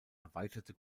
erweiterte